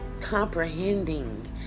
comprehending